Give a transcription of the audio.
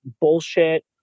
bullshit